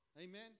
Amen